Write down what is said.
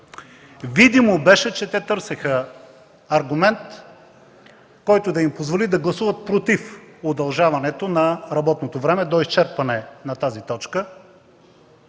Видимо беше, че те търсеха аргумент, който да им позволи да гласуват против удължаването на работното време до изчерпване на тази точка,